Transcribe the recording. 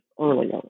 earlier